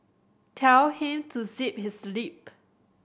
tell him to zip his lip